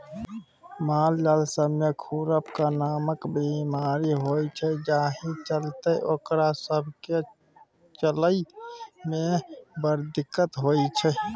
मालजाल सब मे खुरपका नामक बेमारी होइ छै जाहि चलते ओकरा सब केँ चलइ मे बड़ दिक्कत होइ छै